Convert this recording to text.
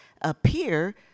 appear